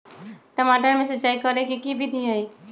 टमाटर में सिचाई करे के की विधि हई?